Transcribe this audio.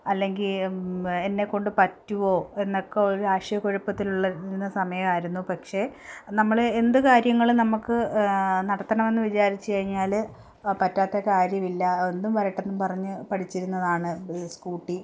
അല്ലെങ്കിൽ എന്നെക്കൊണ്ട് പറ്റുമോ എന്നൊക്കെ ഒരാശയ കുഴുപ്പത്തിലുള്ളതായിരുന്ന സമയമായിരുന്നു പക്ഷേ നമ്മൾ എന്ത് കാര്യങ്ങളും നമുക്ക് നടത്തണമെന്ന് വിചാരിച്ച് കഴിഞ്ഞാൽ പറ്റാത്ത കാര്യമില്ല എന്തും വരട്ടെ എന്നും പറഞ്ഞ് പഠിച്ചിരുന്നതാണ് സ്കൂട്ടി